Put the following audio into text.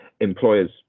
Employers